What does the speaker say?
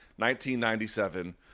1997